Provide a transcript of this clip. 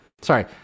sorry